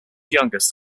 youngest